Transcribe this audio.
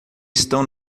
estão